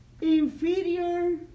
inferior